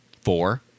Four